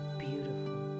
beautiful